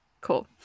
Cool